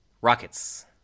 Rockets